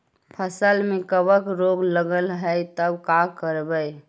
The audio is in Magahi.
फसल में कबक रोग लगल है तब का करबै